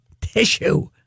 tissue